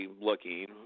looking